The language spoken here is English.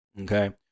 Okay